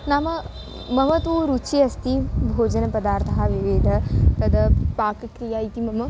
नाम मम तु रुचिः अस्ति भोजनपदार्थः विविधः तद् पाकक्रिया इति मम